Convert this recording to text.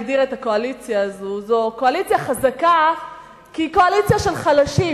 הגדיר את הקואליציה הזו: זו קואליציה חזקה כי היא קואליציה של חלשים.